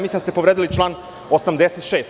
Mislim da ste povredili član 86.